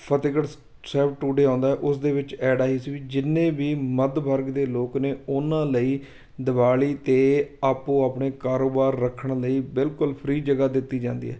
Fatehgarh Sahib today ਆਉਂਦਾ ਹੈ ਉਸ ਦੇ ਵਿੱਚ ਐਡ ਆਈ ਸੀ ਵੀ ਜਿੰਨੇ ਵੀ ਮੱਧ ਵਰਗ ਦੇ ਲੋਕ ਨੇ ਉਹਨਾਂ ਲਈ ਦਿਵਾਲੀ 'ਤੇ ਆਪੋ ਆਪਣੇ ਕਾਰੋਬਾਰ ਰੱਖਣ ਲਈ ਬਿਲਕੁਲ ਫ੍ਰੀ ਜਗ੍ਹਾ ਦਿੱਤੀ ਜਾਂਦੀ ਹੈ